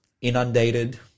inundated